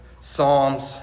Psalms